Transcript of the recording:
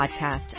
podcast